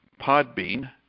Podbean